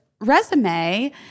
resume